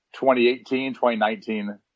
2018-2019